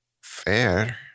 fair